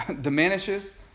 diminishes